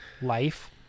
life